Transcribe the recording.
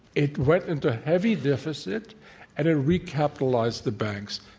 it went into heavy deficit and it recapitalized the banks,